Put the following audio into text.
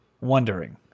wondering